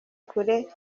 kure